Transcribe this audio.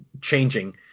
changing